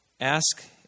Ask